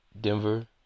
Denver